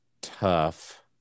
tough